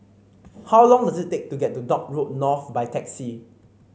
how long does it take to get to Dock Road North by taxi